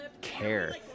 care